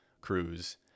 cruise